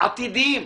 עתידיים.